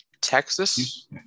Texas